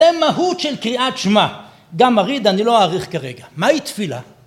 אין מהות של קריאת שמה, גם מריד אני לא אעריך כרגע, מהי תפילה?